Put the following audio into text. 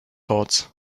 thoughts